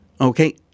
Okay